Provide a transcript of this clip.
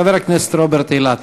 חבר הכנסת רוברט אילטוב.